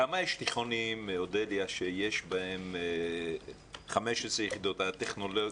בכמה תיכונים יש 15 יחידות טכנולוגי מדעי?